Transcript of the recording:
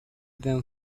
them